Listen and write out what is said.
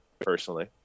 personally